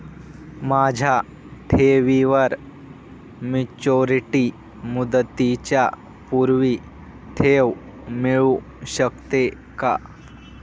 माझ्या ठेवीवर मॅच्युरिटी मुदतीच्या पूर्वी ठेव मिळू शकते का?